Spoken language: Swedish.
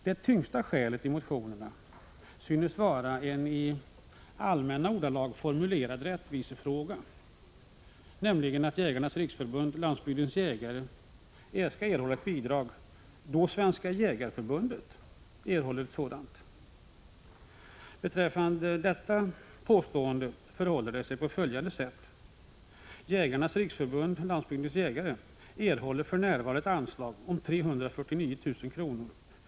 Det tyngsta skälet till motionerna synes vara en i allmänna ordalag formulerad rättvisefråga, nämligen att Jägarnas riksförbund-Landsbygdens jägare skall erhålla ett bidrag då Svenska jägareförbundet erhåller ett sådant. Beträffande detta påstående förhåller det sig på följande sätt: Jägarnas riksförbund-Landsbygdens jägare erhåller för närvarande ett anslag om 349 000 kr.